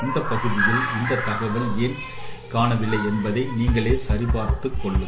இந்த பகுதியில் இந்த தகவல் ஏன் காணவில்லை என்பதை நீங்களே சரி பார்த்துக் கொள்ளவும்